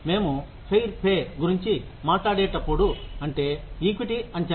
మేము fair pay గురించి మాట్లాడేటప్పుడు అంటే ఈక్విటీ అంచనా